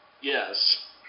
Yes